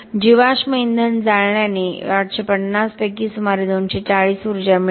जीवाश्म इंधन जळल्याने 850 पैकी सुमारे 240 ऊर्जा मिळते